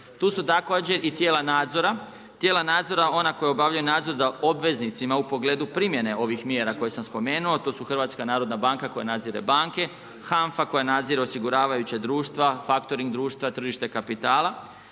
Tu su također i tijela nadzora, tijela nadzora, ona koja obavljaju nadzor da obveznicima u pogledu primjene ovih mjera koje sam spomenuo, to su HNB koja nadzire banke, HANFA, koja nadzire osiguravajuća društva, faktoring društva, tržište kapitala,